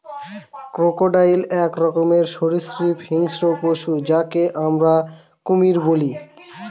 crocodile এক রকমের সরীসৃপ হিংস্র পশু যাকে আমরা কুমির বলি